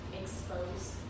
exposed